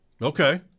Okay